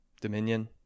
dominion